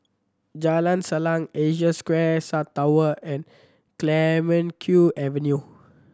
Jalan Salang Asia Square South Tower and Clemenceau Avenue